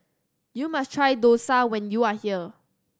you must try dosa when you are here